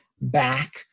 back